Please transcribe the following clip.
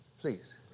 Please